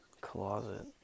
closet